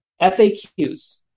FAQs